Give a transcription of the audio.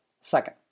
second